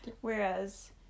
whereas